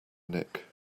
nick